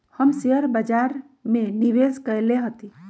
हम शेयर बाजार में निवेश कएले हती